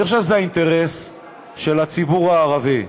אני חושב שזה אינטרס של הציבור הערבי.